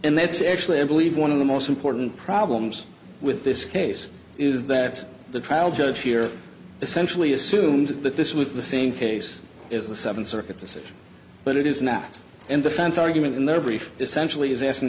and that's actually i believe one of the most important problems with this case is that the trial judge here essentially assumed that this was the same case is the seventh circuit decision but it is not an defense argument in their brief essentially is asking